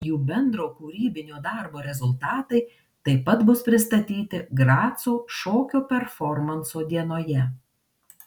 jų bendro kūrybinio darbo rezultatai taip pat bus pristatyti graco šokio performanso dienoje